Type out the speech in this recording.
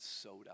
soda